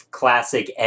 classic